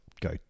go